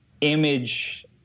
image